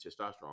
testosterone